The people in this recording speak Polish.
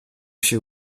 się